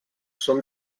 són